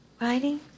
Writing